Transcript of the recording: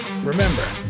Remember